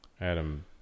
Adam